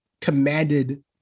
commanded